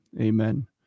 Amen